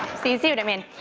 see see what i mean?